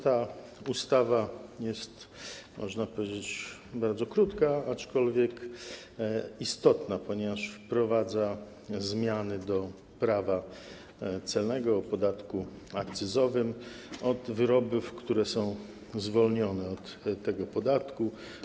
Ta ustawa jest, można powiedzieć, bardzo krótka, aczkolwiek istotna, ponieważ wprowadza zmiany do Prawa celnego oraz ustawy o podatku akcyzowym od wyrobów, które są zwolnione z tego podatku.